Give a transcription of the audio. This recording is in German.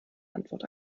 antwort